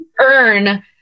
earn